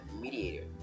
mediator